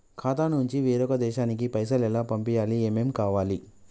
ఖాతా నుంచి వేరొక దేశానికి పైసలు ఎలా పంపియ్యాలి? ఏమేం కావాలి?